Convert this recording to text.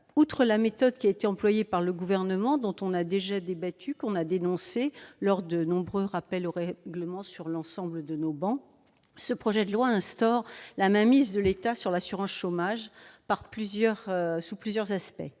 de la méthode employée par le Gouvernement- elle a déjà été dénoncée lors de nombreux rappels au règlement sur l'ensemble de nos travées -, le projet de loi instaure la mainmise de l'État sur l'assurance chômage sous plusieurs aspects.